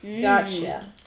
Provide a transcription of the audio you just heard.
Gotcha